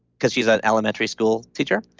because she's an elementary school teacher.